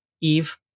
eve